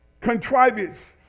contrivance